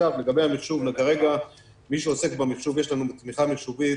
לגבי מחשוב כרגע, יש לנו תמיכה מחשובית